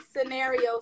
scenarios